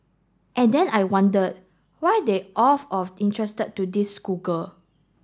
and then I wondered why they of of interested to this schoolgirl